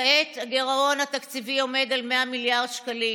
כעת הגירעון התקציבי עומד על 100 מיליארד שקלים,